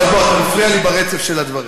אבל בוא, אתה מפריע לי ברצף של הדברים.